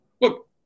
look